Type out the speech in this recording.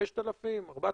5,000, 4,000?